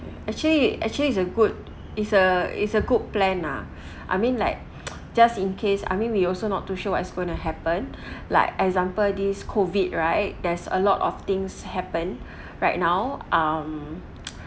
actually actually it's a good it's a it's a good plan lah I mean like just in case I mean we also not too sure what's going to happen like example this COVID right there's a lot of things happen right now um